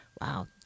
Wow